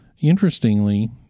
Interestingly